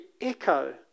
echo